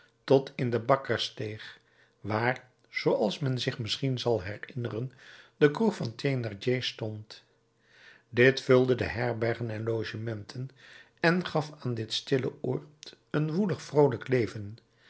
tot in de bakkersteeg waar zooals men zich misschien zal herinneren de kroeg van thénardier stond dit vulde de herbergen en logementen en gaf aan dit stille oord een woelig vroolijk leven